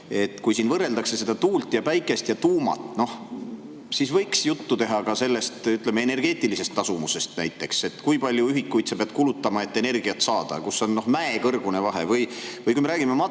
Kui siin võrreldakse tuult ja päikest ja tuuma, siis võiks juttu teha ka energeetilisest tasuvusest, näiteks kui palju ühikuid sa pead kulutama, et energiat saada. Seal on mäekõrgune vahe. Või kui me räägime